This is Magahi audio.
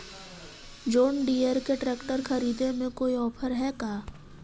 जोन डियर के ट्रेकटर खरिदे में कोई औफर है का?